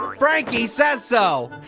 frankie says so.